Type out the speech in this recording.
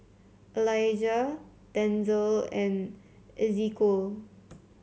Alijah Denzel and Ezequiel